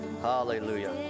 Hallelujah